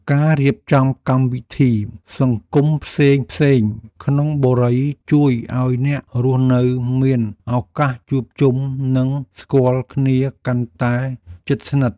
ការរៀបចំកម្មវិធីសង្គមផ្សេងៗក្នុងបុរីជួយឱ្យអ្នករស់នៅមានឱកាសជួបជុំនិងស្គាល់គ្នាកាន់តែជិតស្និទ្ធ។